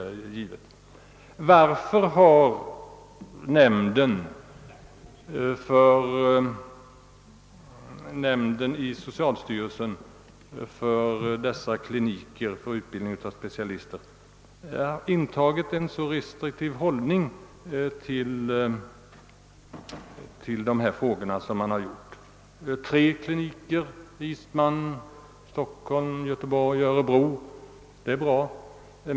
Varför har socialstyrelsens nämnd för tandläkares specialistbehörighet intagit en så restriktiv hållning till dessa frågor som den gjort? Det finns tre kliniker: en i Stockholm, en i Göteborg och en i Örebro. Det är bra.